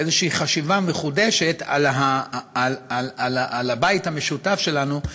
באיזושהי חשיבה מחודשת על הבית המשותף שלנו,